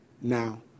now